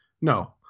no